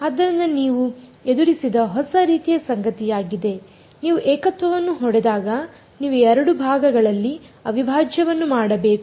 ಆದ್ದರಿಂದ ಇದು ನೀವು ಎದುರಿಸಿದ ಹೊಸ ರೀತಿಯ ಸಂಗತಿಯಾಗಿದೆ ನೀವು ಏಕತ್ವವನ್ನು ಹೊಡೆದಾಗ ನೀವು ಎರಡು ಭಾಗಗಳಲ್ಲಿ ಅವಿಭಾಜ್ಯವನ್ನು ಮಾಡಬೇಕು